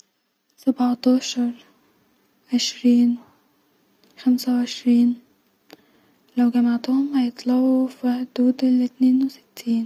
سبعتاشر-عشرين-خمسه وعشرين-لو جمعتهم هيطلعو في حدود 62